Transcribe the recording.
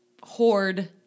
hoard